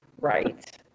Right